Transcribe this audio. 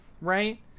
right